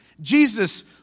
Jesus